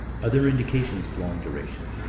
other indications of long duration.